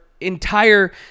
entire